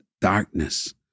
darkness